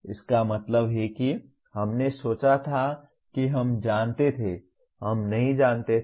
इसका मतलब है कि हमने सोचा था कि हम जानते थे हम नहीं जानते थे